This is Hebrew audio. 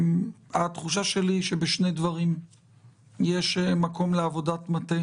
התחושה שלי היא שבשני דברים יש מקום לעבודת מטה